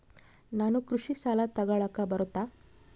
ನಾನು ಕೃಷಿ ಸಾಲ ತಗಳಕ ಬರುತ್ತಾ?